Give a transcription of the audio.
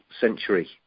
century